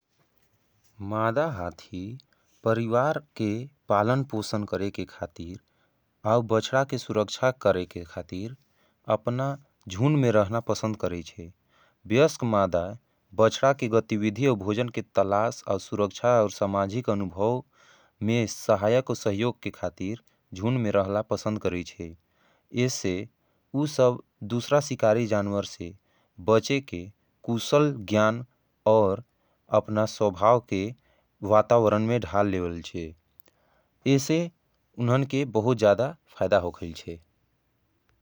मादा हाथी परिवार के पालन पोशन करे के खातीर और बच्चडा के सुरक्षा करे के खातीर अपना जुन में रहना पसंद करेजे। ब्यस्क मादा बच्चडा के गतिविधी और भोजन के तलास और सुरक्षा और समाजीक अनुभव में सहयक और सहयोग के खातीर जुन में रहना पसंद करेजे। इसे उसव दूसरा सिकारी जानवर से बचे के कूसल ज्यान और अपना सवभाव के वातावरण में धाल लेवल छे। इसे उन्हन के बहुत ज़ादा फैदा हो खेल छे।